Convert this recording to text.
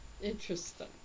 Interesting